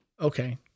okay